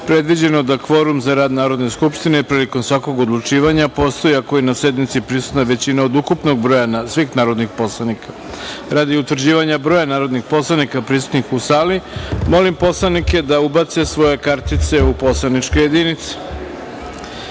predviđeno da kvorum za rad Narodne skupštine prilikom svakog odlučivanja postoji ako je na sednici prisutna većina od ukupnog broja svih narodnih poslanika. Radi utvrđivanja broja narodnih poslanika prisutnih u sali, molim poslanike da ubace svoje kartice u poslaničke